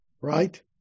right